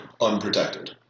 unprotected